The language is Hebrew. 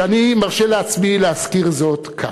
שאני מרשה לעצמי להזכיר זאת כאן,